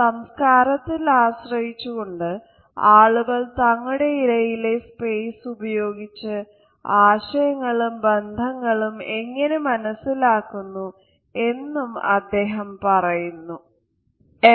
സംസ്കാരത്തിൽ ആശ്രയിച്ചു കൊണ്ട് ആളുകൾ തങ്ങളുടെ ഇടയിലെ സ്പേസ് ഉപയോഗിച്ചു ആശയങ്ങളും ബന്ധങ്ങളും എങ്ങിനെ മനസിലാക്കുന്നു എന്നും അദ്ദേഹം പറയുന്നു